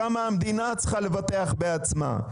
שם המדינה צריכה לבטח בעצמה.